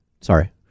Sorry